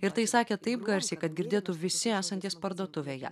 ir tai sakė taip garsiai kad girdėtų visi esantys parduotuvėje